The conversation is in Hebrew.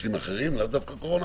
בנושאים אחרים, לאו דווקא קורונה?